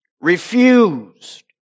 refused